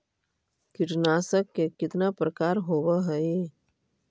कीटनाशक के कितना प्रकार होव हइ?